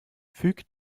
füg